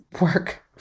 work